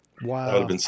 Wow